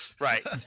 Right